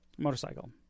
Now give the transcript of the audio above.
Motorcycle